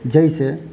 जाहिसॅं